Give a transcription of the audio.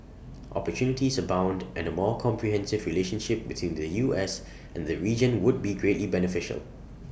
opportunities abound and more comprehensive relationship between the U S and the region would be greatly beneficial